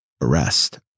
arrest